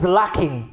lacking